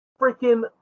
freaking